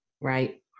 Right